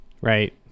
Right